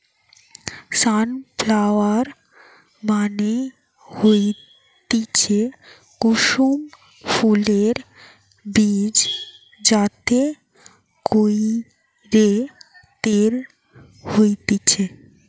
sunflower মানে হতিছে কুসুম ফুলের বীজ যাতে কইরে তেল হতিছে